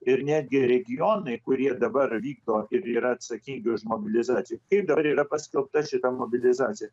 ir netgi regionai kurie dabar vykdo ir yra atsakingi už mobilizaciją kaip dar yra paskelbta šita mobilizacija